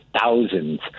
thousands